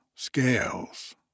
Scales